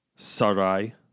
Sarai